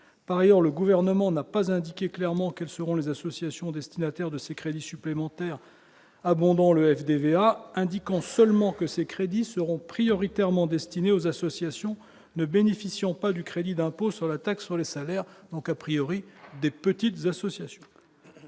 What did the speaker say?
par ailleurs le gouvernement n'a pas indiqué clairement quels seront les associations destinataires de ces crédits supplémentaires abondant le FDD DVA, indiquant seulement que ces crédits seront prioritairement destinés aux associations ne bénéficiant pas du crédit d'impôt sur la taxe sur les salaires, donc a priori des petites associations,